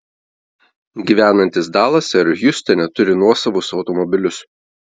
gyvenantys dalase ar hjustone turi nuosavus automobilius